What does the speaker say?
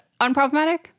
unproblematic